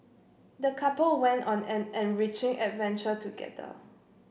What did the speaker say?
the couple went on an enriching adventure together